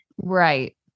Right